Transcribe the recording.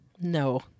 No